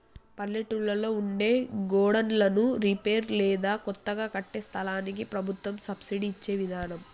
పల్లెటూళ్లలో ఉండే గోడన్లను రిపేర్ లేదా కొత్తగా కట్టే సంస్థలకి ప్రభుత్వం సబ్సిడి ఇచ్చే విదానం